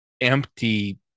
empty